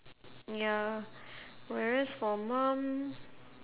ya whereas for mum